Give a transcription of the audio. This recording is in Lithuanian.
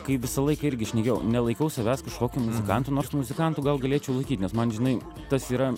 kai visą laiką irgi šnekėjau nelaikau savęs kažkokiu muzikantu nors muzikantu gal galėčiau laikyt nes man žinai tas yra